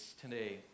today